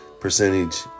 percentage